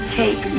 take